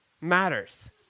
matters